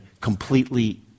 completely